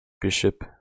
bishop